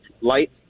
light